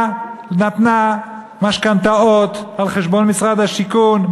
נתנה משכנתאות על חשבון משרד השיכון,